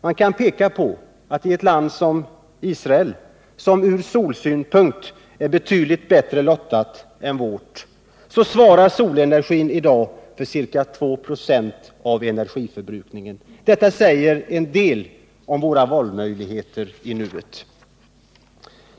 Man kan peka på att i ett land som Israel — som ur solsynpunkt är betydligt bättre lottat än vårt — svarar solenergin för ca 2 96 av energiförbrukningen. Detta säger en del om våra valmöjligheter i nuet.